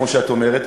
כמו שאת אומרת,